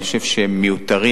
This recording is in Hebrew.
אני חושב שהם מיותרים,